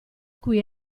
cui